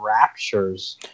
raptures